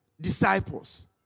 disciples